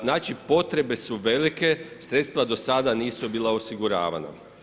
Znači potrebe su velike, sredstva do sada nisu bila osiguravana.